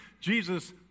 Jesus